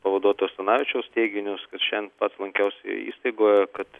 pavaduotojo stanavičiaus teiginius kad šiandien pats lankiausi įstaigoje kad